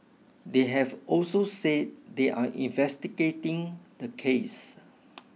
they have also said they are investigating the case